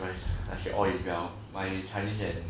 never mind I say all is well my chinese and